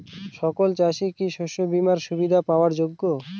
সকল চাষি কি শস্য বিমার সুবিধা পাওয়ার যোগ্য?